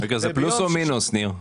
זה פלוס או מינוס, ניר?